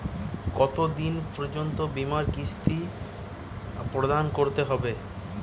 কতো দিন পর্যন্ত বিমার কিস্তি প্রদান করতে হবে?